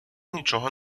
нічого